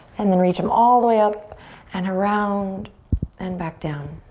and then reach em all the way up and around and back down.